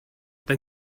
then